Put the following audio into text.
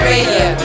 Radio